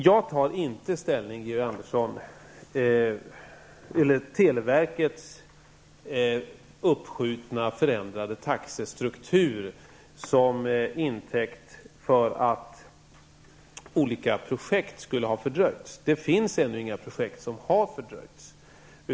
Jag tar inte, Georg Andersson, televerkets uppskjutna förändrade taxestruktur som intäkt för att olika projekt har fördröjts -- det finns ännu inga projekt som har fördröjts.